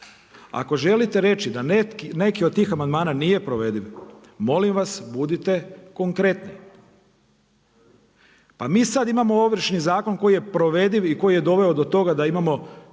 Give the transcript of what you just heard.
Ako želite reći da neki od tih amandmana nije provediv, molim vas budite konkretni. Pa mi sada imamo Ovršni zakon koji je provediv i koji je doveo do toga da imamo